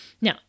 Now